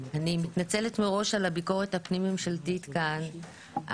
אני מתנצלת מראש על הביקורת הפנים ממשלתית כאן,